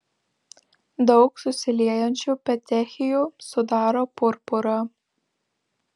daug susiliejančių petechijų sudaro purpurą